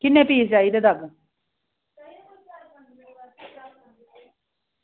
किन्ने पीस चाहिदे दग्ग